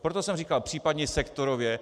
Proto jsem říkal případně sektorově.